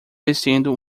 vestindo